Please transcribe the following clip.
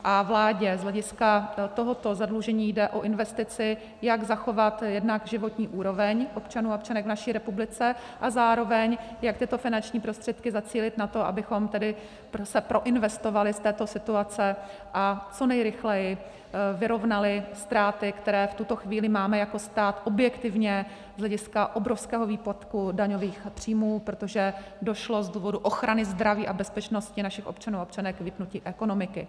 A vládě z hlediska tohoto zadlužení jde o investici, jak zachovat jednak životní úroveň občanů a občanek v naší republice a zároveň jak tyto finanční prostředky zacílit na to, abychom tedy se proinvestovali z této situace a co nejrychleji vyrovnali ztráty, které v tuto chvíli máme jako stát objektivně z hlediska obrovského výpadku daňových příjmů, protože došlo z důvodu ochrany zdraví a bezpečnosti našich občanů a občanek k vypnutí ekonomiky.